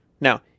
Now